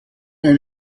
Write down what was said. ein